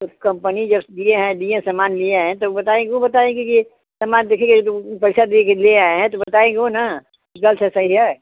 तो company just दिए हैं दिए सामान लिए हैं तो बताएँगे वह बताएँगे कि यह सामान देखिए जो वह पैसा देंगे ले आए हैं तो बताएँगे वह ना कि ग़लत है सही है